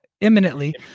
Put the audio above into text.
imminently